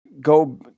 go